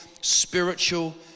spiritual